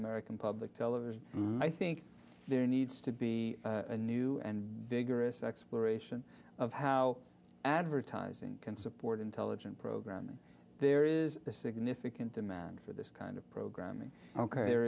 american public television i think there needs to be a new and vigorous exploration of how advertising can support intelligent programming there is a significant demand for this kind of programming ok there